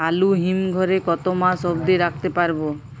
আলু হিম ঘরে কতো মাস অব্দি রাখতে পারবো?